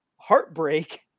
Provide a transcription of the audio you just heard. heartbreak